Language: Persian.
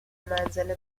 منزل